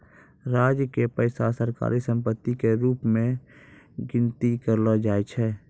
राज्य के पैसा सरकारी सम्पत्ति के रूप मे गनती करलो जाय छै